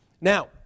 Now